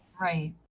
Right